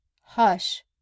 hush